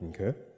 okay